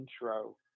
intro